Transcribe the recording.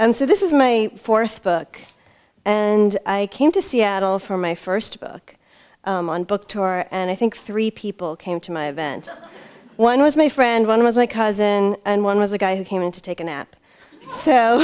and so this is my fourth book and i came to seattle for my first book on book tour and i think three people came to my event one was my friend one was my cousin and one was a guy who came in to take a nap so